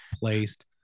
placed